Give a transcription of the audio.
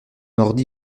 ordi